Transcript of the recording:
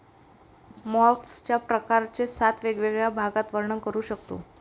मॉलस्कच्या प्रकारांचे सात वेगवेगळ्या भागात वर्णन करू शकतो